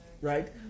right